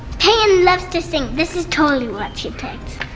payton loves to sing, this is totally what she picked.